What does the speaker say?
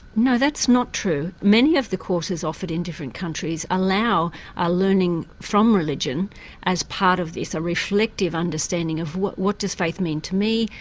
no, that's not true. many of the courses offered in different countries allow a learning from religion as part of this a reflective understanding of what what does faith mean to me,